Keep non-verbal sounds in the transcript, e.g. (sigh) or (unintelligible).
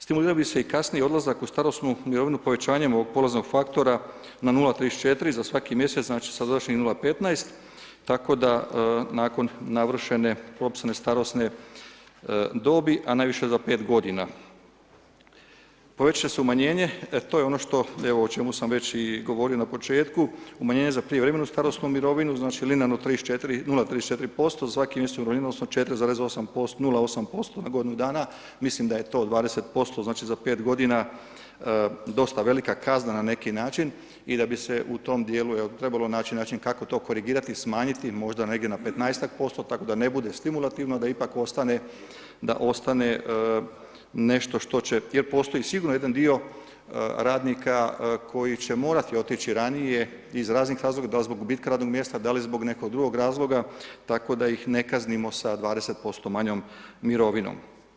Stimulirao bi se i kasniji odlazak u starosnu mirovinu povećanjem ovog poreznog faktora na 0,34 za svaki mjesec, znači sadašnjih 0,15, tako da nakon navršene propisane starosne dobi a najviše za 5 g. Povećat će se umanjenje, e to je ono što evo o čemu sam već i govorio na početku, umanjenje za prijevremenu starosnu mirovinu, znači linearno 0,34% za svaki ... (unintelligible) odnosno 4,08% na godinu dana mislim da je to 20%, znači za 5 g. dosta velika kazna na neki način i da bi se u tom djelu trebalo naći način kako to korigirati, smanjiti možda negdje na 15-ak posto tako da ne bude stimulativno tako da ne bude stimulativno, da ipak ostane nešto što će, jer postoji sigurno jedan dio radnika koji će morati otići ranije iz raznih razloga, da li zbog gubitka radnog mjesta, da li zbog nekog drugog razloga tako da ih ne kaznimo sa 20% manjom mirovinom.